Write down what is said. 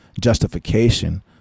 justification